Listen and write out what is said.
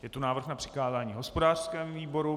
Je tu návrh na přikázání hospodářskému výboru.